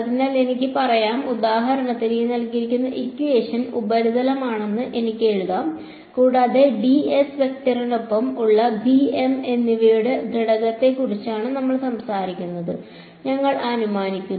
അതിനാൽ എനിക്ക് പറയാം ഉദാഹരണത്തിന് ഉപരിതലമാണെന്ന് എനിക്ക് എഴുതാം കൂടാതെ ഡിഎസ് വെക്റ്ററിനൊപ്പം ഉള്ള B M എന്നിവയുടെ ഘടകത്തെക്കുറിച്ചാണ് നമ്മൾ സംസാരിക്കുന്നതെന്ന് ഞങ്ങൾ അനുമാനിക്കുന്നു